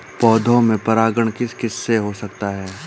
पौधों में परागण किस किससे हो सकता है?